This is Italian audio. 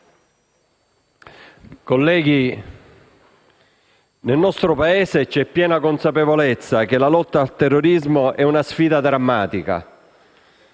colleghi, nel nostro Paese c'è piena consapevolezza che la lotta al terrorismo è una sfida drammatica.